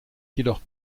jedoch